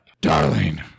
Darling